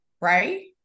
right